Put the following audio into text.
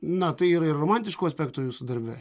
na tai yra ir romantiškų aspektų jūsų darbe